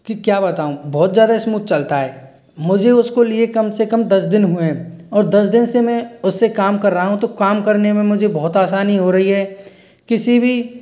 कि क्या बताऊँ बहुत ज़्यादा स्मूथ चलता है मुझे उसको लिए कम से कम दस दिन हुए है और दस दिन से मैं उससे काम कर रहा हूँ तो काम करने में मुझे बहुत आसानी हो रही है किसी भी